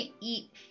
eat